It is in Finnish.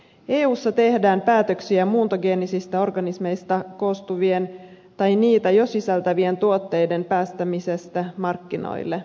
eussa tehdään päätöksiä muuntogeenisistä organismeista koostuvien tai niitä jo sisältävien tuotteiden päästämisestä markkinoille